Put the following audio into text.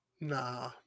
Nah